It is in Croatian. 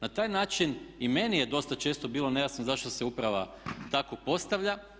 Na taj način i meni je dosta često bilo nejasno zašto se uprava tako postavlja.